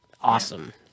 awesome